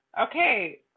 Okay